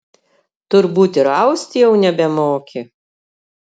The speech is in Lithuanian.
turbūt ir aust jau nebemoki